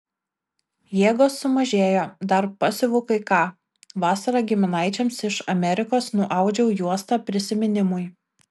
jėgos sumažėjo dar pasiuvu kai ką vasarą giminaičiams iš amerikos nuaudžiau juostą prisiminimui